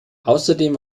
außerdem